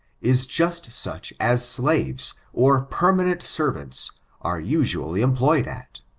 is just such as slaves, or permanent servants are usually employed at.